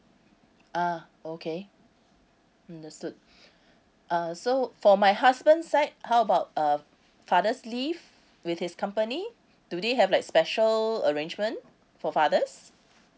uh okay understood uh so for my husband side how about uh fathers leave with his company do they have like special arrangement for fathers